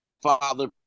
father